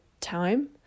time